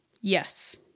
Yes